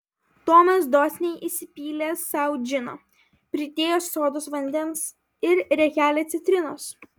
tomas dosniai įsipylė sau džino pridėjo sodos vandens ir riekelę citrinos